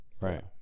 Right